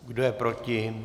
Kdo je proti?